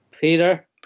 Peter